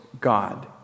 God